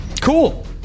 Cool